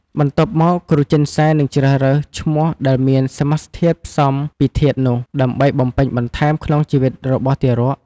បន្ទាប់មក គ្រូចិនសែនឹងជ្រើសរើសឈ្មោះដែលមានសមាសធាតុផ្សំពីធាតុនោះ ដើម្បីបំពេញបន្ថែមក្នុងជីវិតរបស់ទារក។